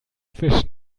fisch